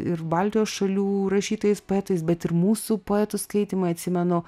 ir baltijos šalių rašytojais poetais bet ir mūsų poetų skaitymai atsimenu